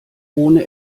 ohne